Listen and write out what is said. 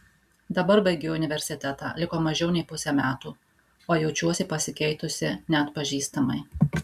dabar baigiu universitetą liko mažiau nei pusė metų o jaučiuosi pasikeitusi neatpažįstamai